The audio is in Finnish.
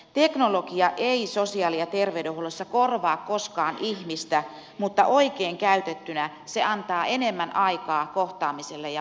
teknologia ei sosiaali ja terveydenhuollossa korvaa koskaan ihmistä mutta oikein käytettynä se antaa enemmän aikaa kohtaamiselle ja vuorovaikutukselle